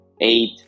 eight